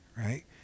right